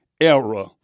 Era